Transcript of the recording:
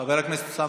חבר הכנסת אוסאמה?